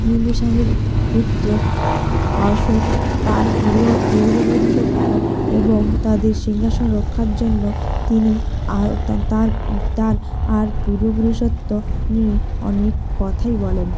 বিন্দুসারেরর পুত্র অশোক তার পূর্ব পূর্ব পুরুসখ্য এবং তাদের সিংহাসন রক্ষার জন্য তিনি আর তার তার আর পূর্বপুরুষত্ব নিয়ে অনেক কথাই বলেন